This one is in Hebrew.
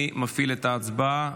אני מפעיל את ההצבעה.